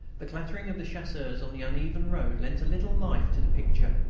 the clattering of the chasseurs on the uneven road lent a little life to the picture.